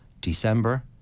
December